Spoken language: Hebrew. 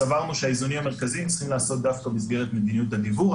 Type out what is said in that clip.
סברנו שהאיזונים המרכזיים צריכים להיעשות דווקא במסגרת מדיניות הדיוור.